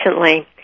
recently